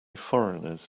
foreigners